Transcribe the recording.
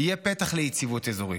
יהיה פתח ליציבות אזורית,